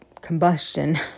combustion